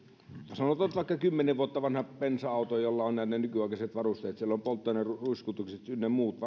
nyt vaikka kymmenen vuotta vanha bensa auto vanha toyota corolla jossa on nämä nykyaikaiset varusteet on polttoaineruiskutukset ynnä muut